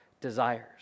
desires